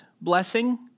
blessing